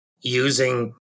using